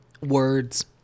words